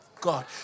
God